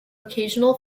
occasional